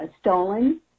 stolen